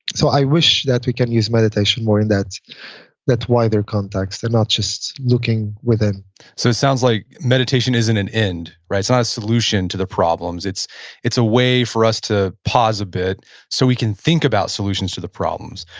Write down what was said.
so i wish that we can use meditation more in that that why there context and not just looking within so it sounds like meditation isn't an end. right? it's ah not a solution to the problems. it's it's a way for us to pause a bit so we can think about solutions to the problems.